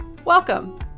Welcome